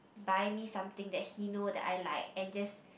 buy me something that he know that I like and just